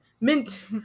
mint